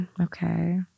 Okay